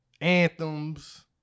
anthems